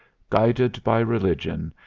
guided by religion,